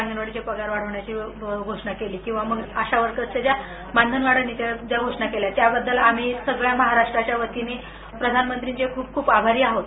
अंगणवाडीचे पगार वाढ होण्याची घोषणा केली किंवा मग आशा वर्करसच्या मानधन वाढवण्याच्या ज्या घोषणा केल्या त्याबद्दल आम्ही सगळ्या महाराष्ट्राच्या वतीनं प्रधानमंत्रींचे खप खप आभारी आहोत